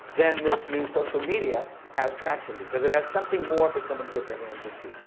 then this new social media has traction because it has something more for someone to get their hands into.